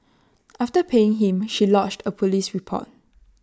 after paying him she lodged A Police report